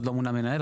עוד לא מונה מנהל.